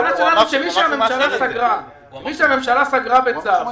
מי שהממשלה סגרה, בצו,